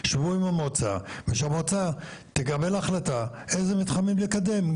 שבו עם המועצה ושהמועצה תקבל החלטה איזה מתחמים לקדם,